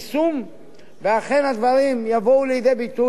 כולנו מצטערים על כך